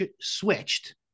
switched